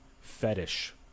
fetish